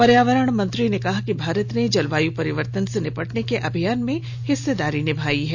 पर्यावरण मंत्री ने कहा कि भारत ने जलवायू परिवर्तन से निपटने के अभियान में हिस्सेदारी निभायी है